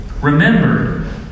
Remember